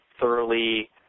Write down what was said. thoroughly